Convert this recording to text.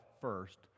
first